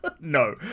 No